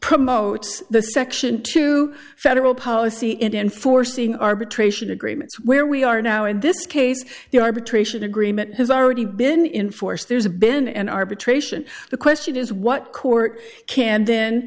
promotes the so action to federal policy in enforcing arbitration agreements where we are now in this case the arbitration agreement has already been in force there's been an arbitration the question is what court can then